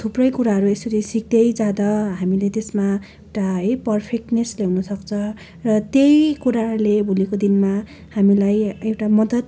थुप्रै कुराहरू यसरी सिक्दै जाँदा हामीले त्यसमा एउटा है पर्फेक्टनेस ल्याउनसक्छ र त्यही कुराले भोलिको दिनमा हामीलाई एउटा मद्दत